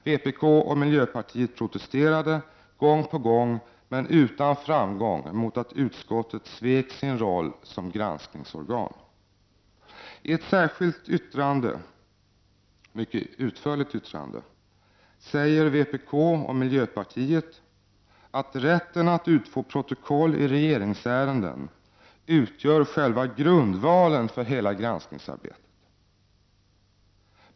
Vpk och miljöpartiet protesterade gång på gång men utan framgång mot att utskottet svek sin roll som granskningsorgan. I ett särskilt yttrande, mycket utförligt sådant, säger vpk:s och miljöpartiets representanter att rätten att utfå protokoll i regeringsärenden utgör själva grundvalen för hela granskningsarbetet.